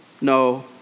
No